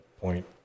point